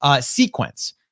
sequence